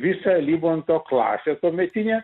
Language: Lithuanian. visą livonto klasę tuometinę